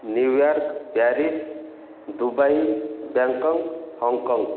New York Paris Dubai Bangkok Hong Kong